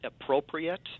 appropriate